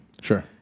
Sure